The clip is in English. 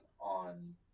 on